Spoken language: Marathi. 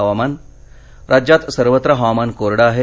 हवामानः राज्यात सर्वत्र हवामान कोरडं आहे